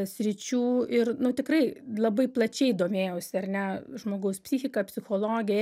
sričių ir nu tikrai labai plačiai domėjausi ar ne žmogaus psichika psichologija